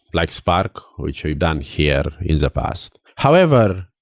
like spark which we've done here in the past. however,